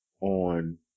on